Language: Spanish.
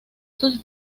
sus